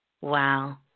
Wow